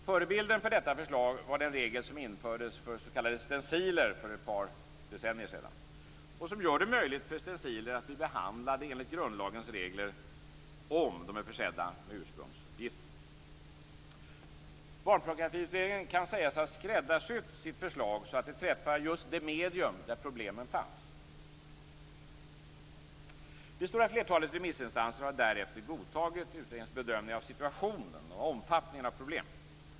Förebilden för detta förslag var den regel som infördes för s.k. stenciler för ett par decennier sedan och som gör det möjligt för stenciler att bli behandlade enligt grundlagens regler om de är försedda med ursprungsuppgift. Barnpornografiutredningen kan sägas ha skräddarsytt sitt förslag så att det träffar just det medium där problemen fanns. Det stora flertalet remissinstanser har därefter godtagit utredningens bedömning av situationen och omfattningen av problemet.